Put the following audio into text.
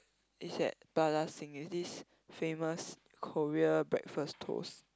is at Plaza-Sing it's this famous Korea breakfast toast